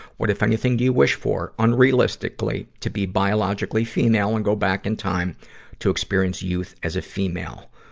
what, if anything, do you wish for? unrealistically, to be biologically female and go back in time to experience youth as a female.